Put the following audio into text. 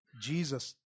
Jesus